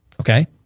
okay